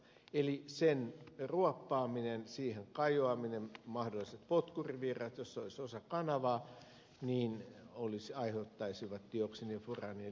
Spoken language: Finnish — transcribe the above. eli sen ruoppaaminen siihen kajoaminen mahdolliset potkurivirrat jos se olisi osa kanavaa aiheuttaisivat dioksiinien ja furaanien liikkeelle lähdön